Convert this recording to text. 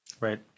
Right